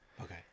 Okay